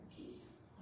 peace